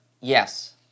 Yes